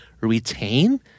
retain